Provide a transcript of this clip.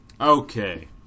Okay